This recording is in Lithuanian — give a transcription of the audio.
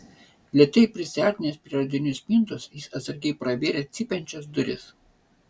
lėtai prisiartinęs prie radinių spintos jis atsargiai pravėrė cypiančias duris